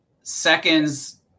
Seconds